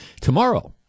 tomorrow